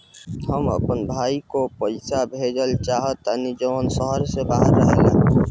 हम अपन भाई को पैसा भेजे के चाहतानी जौन शहर से बाहर रहेला